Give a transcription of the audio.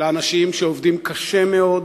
לאנשים שעובדים קשה מאוד,